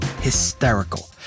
hysterical